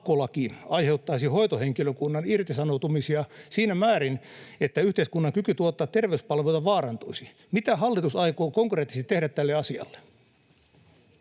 aiheuttaisi hoitohenkilökunnan irtisanoutumisia siinä määrin, että yhteiskunnan kyky tuottaa terveyspalveluita vaarantuisi. Mitä hallitus aikoo konkreettisesti tehdä tälle asialle?